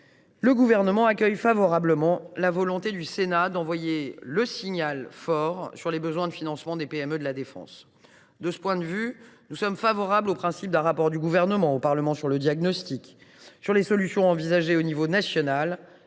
le Gouvernement accueille favorablement la volonté du Sénat d’envoyer le signal fort sur les besoins de financement des PME de la défense. De ce point de vue, nous sommes favorables au principe d’un rapport du Gouvernement au Parlement sur le diagnostic, sur les solutions envisagées au niveau national